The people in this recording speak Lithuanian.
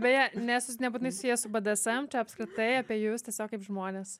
beje nes jūs nebūtinai susiję su bdsm čia apskritai apie jus tiesiog kaip žmones